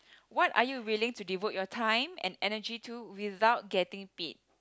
what are you willing to devote you time and energy to without getting paid